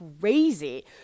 crazy